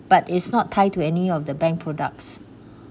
but is not tied to any of the bank products